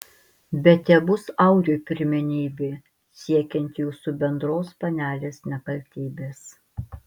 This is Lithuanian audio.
bet tebus auriui pirmenybė siekiant jūsų bendros panelės nekaltybės